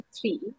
three